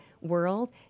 world